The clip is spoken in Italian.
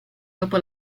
dopo